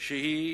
על שהיא